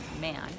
man